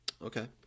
Okay